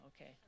Okay